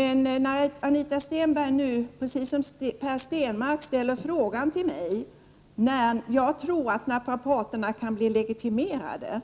Anita Stenberg ställer nu, precis som Per Stenmarck, frågan till mig, när jag tror att naprapaterna kan bli legitimerade.